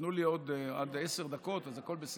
נתנו לי עוד עד עשר דקות, אז הכול בסדר.